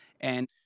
And-